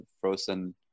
frozen